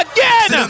Again